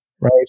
right